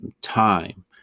time